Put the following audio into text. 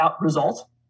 result